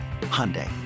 Hyundai